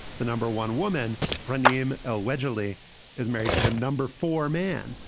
the number one woman, frenulum allegedly is married to the number four man,